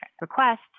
request